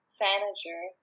manager